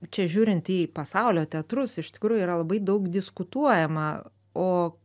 čia žiūrint į pasaulio teatrus iš tikrųjų yra labai daug diskutuojama o